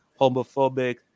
homophobic